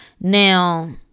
Now